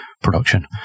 production